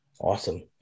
Awesome